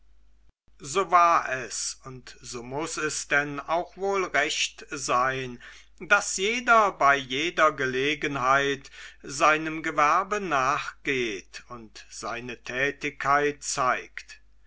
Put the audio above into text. so war es und so muß es denn auch wohl recht sein daß jeder bei jeder gelegenheit seinem gewerbe nachgeht und seine tätigkeit zeigt